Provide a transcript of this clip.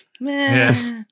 Yes